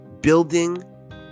building